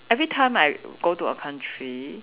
every time I go to a country